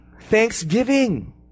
thanksgiving